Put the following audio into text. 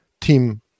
team